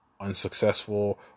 unsuccessful